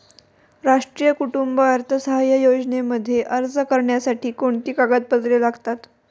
राष्ट्रीय कुटुंब अर्थसहाय्य योजनेमध्ये अर्ज करण्यासाठी कोणती कागदपत्रे लागतात?